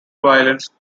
violence